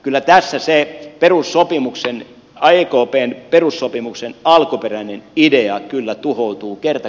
kyllä tässä se ekpn perussopimuksen alkuperäinen idea tuhoutuu kerta kaikkiaan